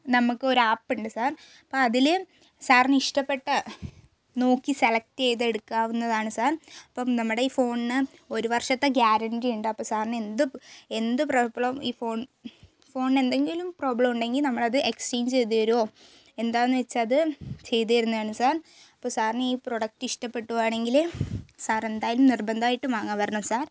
നമുക്ക് ഒരു ആപ്പ് ഉണ്ട് സർ അപ്പോൾ അതിൽ സാറിന് ഇഷ്ടപ്പെട്ടത് നോക്കി സെലക്ട് ചെയ്ത് എടുക്കാവുന്നതാണ് സർ ഇപ്പം നമ്മുടെ ഈ ഫോണിന് ഒരു വർഷത്തെ ഗാരണ്ടി ഉണ്ട് അപ്പോൾ സാറിന് എന്ത് എന്ത് പ്രോബ്ലവും ഈ ഫോണിന് ഫോണിന് എന്തെങ്കിലും പ്രോബ്ലം ഉണ്ടെങ്കിൽ നമ്മൾ അത് എക്സ്ചെയ്ഞ്ച് ചെയ്ത് തരുകയോ എന്താണെന്ന് വെച്ചാൽ അത് ചെയ്ത് തരുന്നതാണ് സർ അപ്പോൾ സാറിന് ഈ പ്രോഡക്ട് ഇഷ്ടപ്പെടുകയാണെങ്കിൽ സർ എന്തായാലും നിർബന്ധമായിട്ടും വാങ്ങാൻ വരണം സർ